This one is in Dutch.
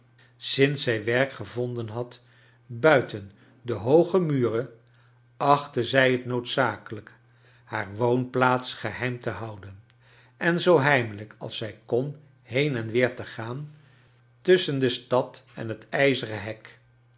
sinds zij wcrk gevonden had buiten de hooge muren achtte zij het noodzakelijk haar woonplaats geheim te houden en zoo heimelijk als zij kon been en weer te gaan tusschen de stad en het ijzeren hek